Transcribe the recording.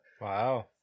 wow